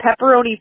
pepperoni